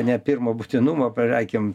ne pirmo būtinumo prekėm